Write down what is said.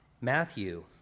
Matthew